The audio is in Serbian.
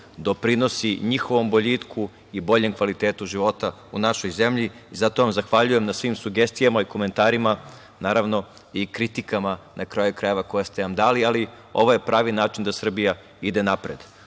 doprinosi njihovom boljitku i boljem kvalitetu života u našoj zemlji. Zato vam zahvaljujem na svim sugestijama i komentarima, naravno, i kritikama, na kraju krajeva, koje ste nam dali, ali ovo je pravi način da Srbija ide napred. Ono